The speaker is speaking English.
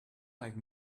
like